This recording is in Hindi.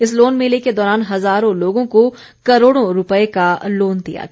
इस लोन मेले के दौरान हज़ारों लोगों को करोड़ों रूपये का लोन दिया गया